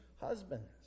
husbands